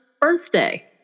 birthday